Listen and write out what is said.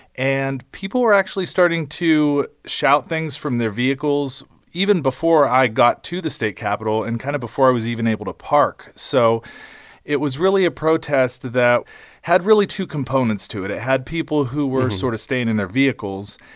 and people were actually starting to shout things from their vehicles even before i got to the state capitol and kind of before i was even able to park so it was really a protest that had really two components to it. it had people who were sort of staying in their vehicles.